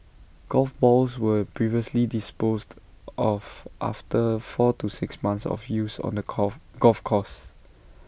golf balls were previously disposed of after four to six months of use on the course golf course